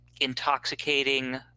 intoxicating